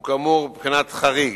הוא כאמור בבחינת חריג